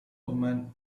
women